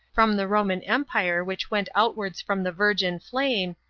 from the roman empire which went outwards from the virgin flame,